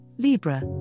Libra